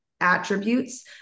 attributes